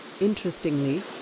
Interestingly